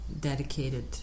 dedicated